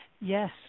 Yes